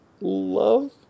love